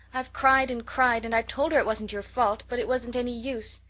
i've cried and cried and i told her it wasn't your fault, but it wasn't any use.